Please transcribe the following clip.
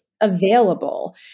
available